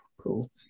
Cool